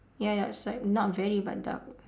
ya ya it's like not very but dark